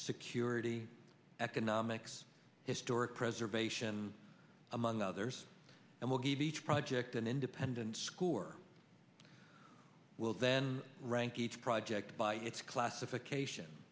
security economics historic preservation among others and will give each project an independent school or will then rank each project by its classification